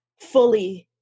fully